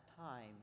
time